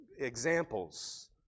examples